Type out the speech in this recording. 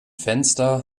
fenster